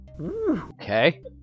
Okay